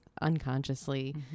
unconsciously